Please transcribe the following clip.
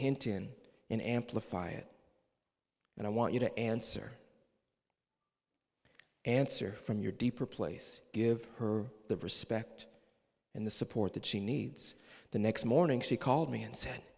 hint in in amplify it and i want you to answer answer from your deeper place give her the respect and the support that she needs the next morning she called me and said